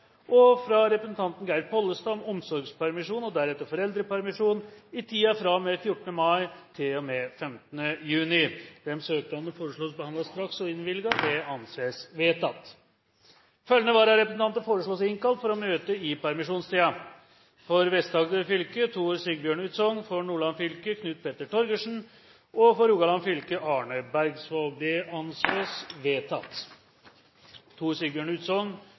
fra representanten Geir Pollestad om omsorgspermisjon og deretter foreldrepermisjon i tiden fra og med 14. mai til og med 15. juni Etter forslag fra presidenten ble enstemmig besluttet: 1. Søknadene behandles straks og innvilges. 2. Følgende vararepresentanter innkalles for å møte i permisjonstiden: For Vest-Agder fylke: Tor Sigbjørn Utsogn For Nordland fylke: Knut Petter Torgersen For Rogaland fylke: Arne Bergsvåg